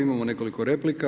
Imamo nekoliko replika.